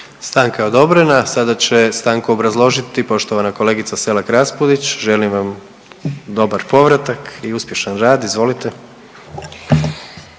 Stanka je odobrena. Sada će stanku obrazložiti poštovana kolegica Selak Raspudić. Želim vam dobar povratak i uspješan rad. Izvolite.